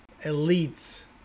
elite's